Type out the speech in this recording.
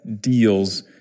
deals